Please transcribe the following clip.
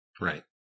Right